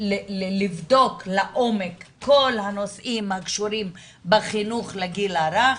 לבדוק לעומק את כל הנושאים בקשורים בחינוך לגיל הרך,